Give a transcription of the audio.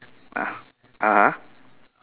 ah (uh huh)